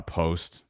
post